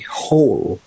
whole